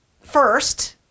first